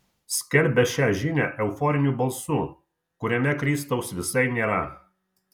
skelbia šią žinią euforiniu balsu kuriame kristaus visai nėra